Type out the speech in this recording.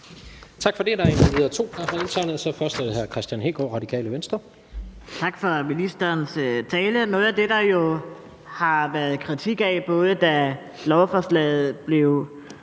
Kl. 16:24 Kristian Hegaard (RV): Tak for ministerens tale. Noget af det, der jo har været kritik af, både da lovforslaget blev